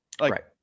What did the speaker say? Right